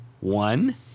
One